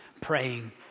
praying